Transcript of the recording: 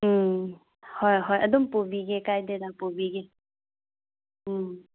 ꯍꯣꯏ ꯍꯣꯏ ꯑꯗꯨꯝ ꯄꯨꯕꯤꯒꯦ ꯀꯥꯏꯗꯦꯗ ꯄꯨꯕꯤꯒꯦ ꯎꯝ